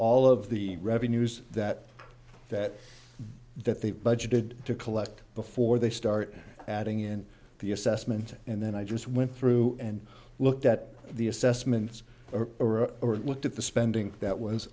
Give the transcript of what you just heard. all of the revenues that that that they budgeted to collect before they start adding in the assessment and then i just went through and looked at the assessments or looked at the spending that